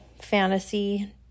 fantasy